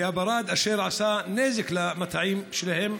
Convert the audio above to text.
ומהברד אשר עשה נזק למטעים שלהם.